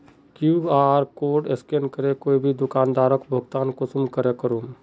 QR code scan करे कोई भी दुकानदारोक भुगतान कुंसम करे करूम?